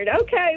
Okay